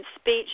speech